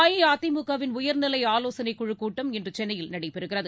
அஇஅதிமுகவின் உயர்நிலை ஆலோசனைக் குழுக் கூட்டம் இன்று சென்னையில் நடைபெறுகிறது